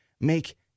make